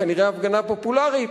כנראה הפגנה פופולרית,